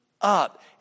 up